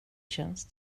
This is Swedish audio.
känns